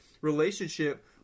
relationship